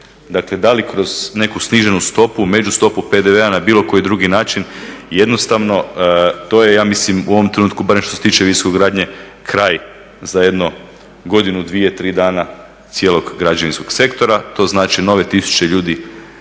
Dakle da li kroz nekakvu sniženu stopu međustopu PDV-a na bilo koji drugi način jednostavno to je ja mislim u ovom trenutku barem što se tiče visokogradnje kraj za jedno godinu, dvije, tri dana cijelog građevinskog sektora, to znači nove tisuće ljudi